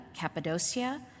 Cappadocia